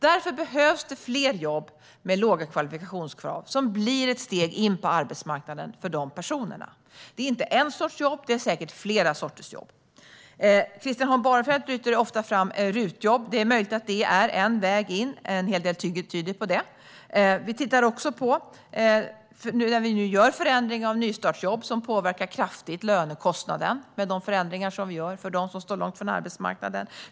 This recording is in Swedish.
Därför behövs det fler jobb med låga kvalifikationskrav som blir ett steg in på arbetsmarknaden för dessa personer. Det handlar inte om en sorts jobb utan säkert flera sorters jobb. Christian Holm Barenfeld lyfter ofta fram RUT-jobb, och det är möjligt att det är en väg in. En hel del tyder på det. Vi gör nu förändringar av nystartsjobben, vilket kraftigt påverkar lönekostnaden för dem som står långt från arbetsmarknaden.